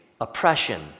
oppression